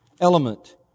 element